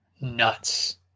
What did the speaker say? nuts